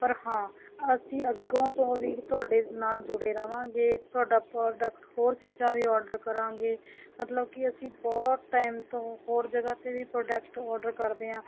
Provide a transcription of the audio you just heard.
ਪਰ ਹਾਂ ਅਸੀਂ ਅੱਗੋਂ ਤੋਂ ਵੀ ਤੁਹਾਡੇ ਨਾਲ ਜੁੜੇ ਰਹਾਂਗੇ ਤੁਹਾਡਾ ਪ੍ਰੋਡਕਟ ਹੋਰ ਚੀਜ਼ਾਂ ਵੀ ਆਰਡਰ ਕਰਾਂਗੇ ਮਤਲਬ ਕਿ ਅਸੀਂ ਬਹੁਤ ਟਾਈਮ ਤੋਂ ਹੋਰ ਜਗ੍ਹਾ 'ਤੇ ਵੀ ਪ੍ਰੋਡਕਟ ਆਰਡਰ ਕਰਦੇ ਹਾਂ